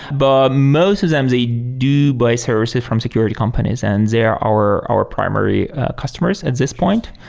but most of them, they do buy services from security companies and they're our our primary customers at this point,